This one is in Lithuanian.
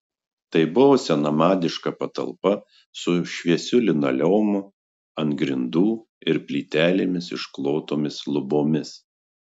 tai buvo senamadiška patalpa su šviesiu linoleumu ant grindų ir plytelėmis išklotomis lubomis